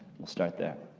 we'll start there.